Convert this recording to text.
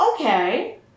okay